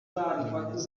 nawe